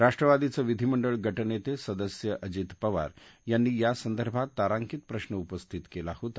राष्ट्रवादीचे विधीमंडळ गटनेते सदस्य अजित पवार यांनी यासंदर्भात तारांकित प्रश्न उपस्थित केला होता